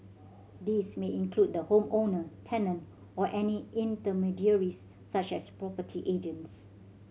this may include the home owner tenant or any intermediaries such as property agents